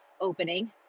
opening